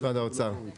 משרד האוצר.